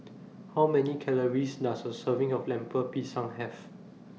How Many Calories Does A Serving of Lemper Pisang Have